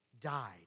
died